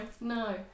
no